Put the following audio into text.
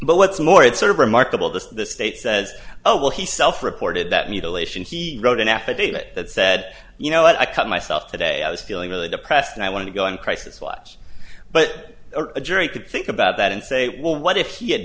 but what's more it's sort of remarkable that the state says oh well he self reported that mutilation he wrote an affidavit that said you know i cut myself today i was feeling really depressed and i want to go and crisis watch but a jury could think about that and say well what if he had